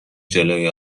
جلوی